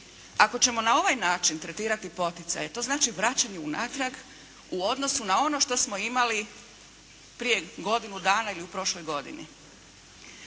Ako ćemo na ovaj način tretirati poticaje, to znači vraćanje unatrag u odnosu na ono što smo imali prije godinu dana ili u prošloj godini.